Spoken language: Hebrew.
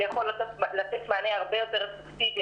זה יכול לתת מענה הרבה יותר אפקטיבי